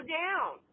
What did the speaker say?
down